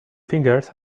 fingers